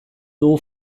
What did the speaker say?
dugu